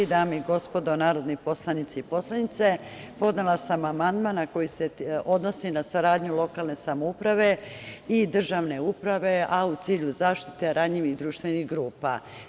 Dame i gospodo narodni poslanici, podnela sam amandman koji se odnosi na saradnju lokalne samouprave i državne uprave, a u cilju zaštite ranjivih društvenih grupa.